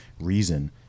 reason